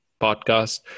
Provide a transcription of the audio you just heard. podcast